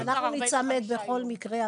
אנחנו ניצמד בכל מקרה,